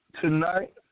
tonight